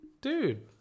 dude